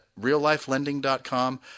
reallifelending.com